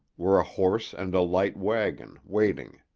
were a horse and a light wagon, waiting.